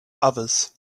others